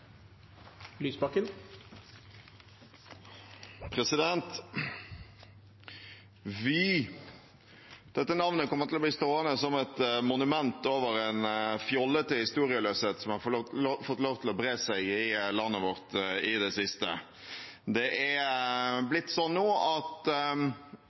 Dette navnet kommer til å bli stående som et monument over en fjollete historieløshet som har fått lov til å bre seg i landet vårt i det siste. Det er